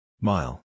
Mile